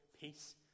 peace